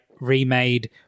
remade